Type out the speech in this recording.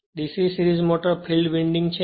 DC series motor field winding છે